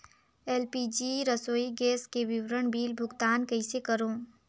LPG रसोई gas के विवरण बिल भुगतान कइसे करों?